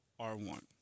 R1